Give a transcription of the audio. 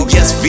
Yes